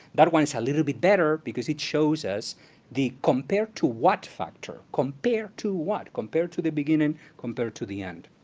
that one's a little bit better, because it shows us the compared to what factor, compared to what? compared to the beginning, compared to the end.